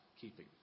keeping